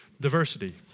diversity